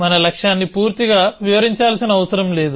మనం లక్ష్యాన్ని పూర్తిగా వివరించాల్సిన అవసరం లేదు